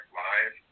live